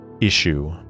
issue